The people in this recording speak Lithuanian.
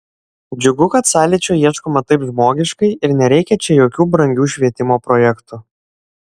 džiugu kad sąlyčio ieškoma taip žmogiškai ir nereikia čia jokių brangių švietimo projektų